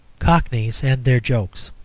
cockneys and their jokes